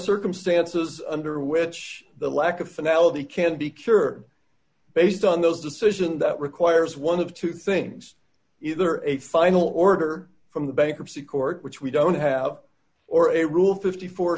circumstances under which the lack of fidelity can be cured based on those decision that requires one of two things either a final order from the bankruptcy court which we don't have or a rule fifty four